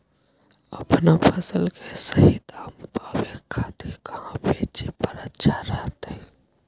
अपन फसल के सही दाम पावे खातिर कहां बेचे पर अच्छा रहतय?